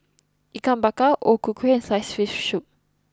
Ikan Bakar O Ku Kueh and Sliced Fish Soup